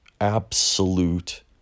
absolute